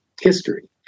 history